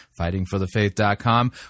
FightingForTheFaith.com